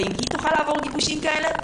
אם היא תוכל לעבור גיבושים כאלה?